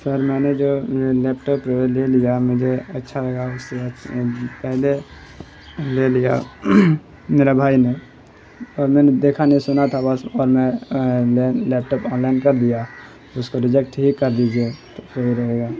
سر میں نے جو لیپٹاپ لے لیا اب مجھے اچھا لگا اس طرح پہلے لے لیا میرا بھائی نے اور میں نے دیکھا نہیں سنا تھا بس اور میں لیپٹاپ آنلائن کر دیا اس کو ریجیکٹ ہی کر دیجیے تو پھر